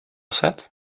set